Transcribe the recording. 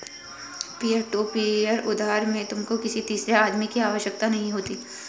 peer to peer उधार में तुमको किसी तीसरे आदमी की आवश्यकता नहीं होती